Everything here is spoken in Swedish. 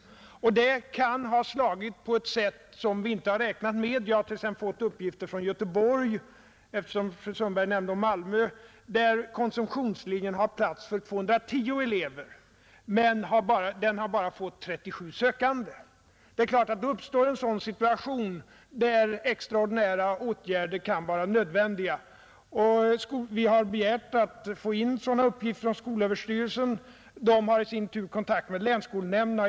Det kan ha slagit på ett sätt som vi inte har räknat med. Jag har t.ex. fått uppgifter från Göteborg, som jag kan nämna eftersom fru Sundberg nämnde Malmö. I Göteborg har konsumtionslinjen plats för 210 elever, men den har bara fått 37 sökande. Då uppstår givetvis en sådan situation där extraordinära åtgärder kan vara nödvändiga. Vi har begärt att få in sådana uppgifter från skolöverstyrelsen, som i sin tur har kontakt med länsskolnämnderna.